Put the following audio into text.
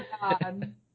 God